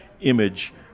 image